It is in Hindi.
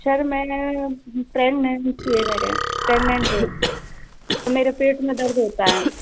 सर मैं प्रेगनेंसी है मेरे प्रेग्नेंट हूँ मेरे पेट में दर्द होता है